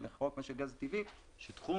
לחוק משק הגז הטבעי שהוא אומר שתחום